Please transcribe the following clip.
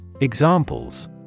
Examples